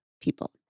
people